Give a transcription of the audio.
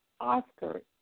Oscar